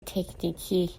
تکنیکی